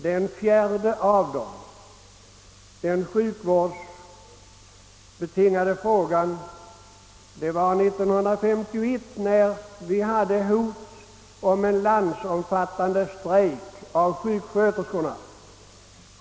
Den fjärde propositionen, den som rörde sjukvård, avläts 1951 i samband med en hotande landsomfattande =: sjuksköterskestrejk.